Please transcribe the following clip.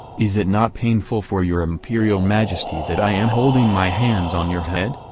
is it not painful for your imperial majesty that i m holding my hands on your head?